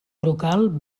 brocal